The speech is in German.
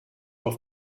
auf